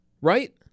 right